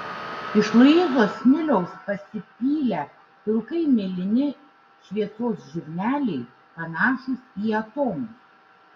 iš luizos smiliaus pasipylę pilkai mėlyni šviesos žirneliai panašūs į atomus